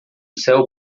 céu